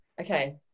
Okay